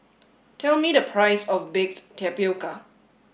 tell me the price of Baked Tapioca